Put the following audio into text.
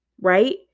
right